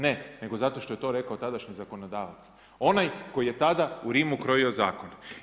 Ne, nego zato što je to rekao tadašnji zakonodavac, onaj koji je tada u Rimu krojio zakone.